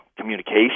communication